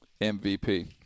MVP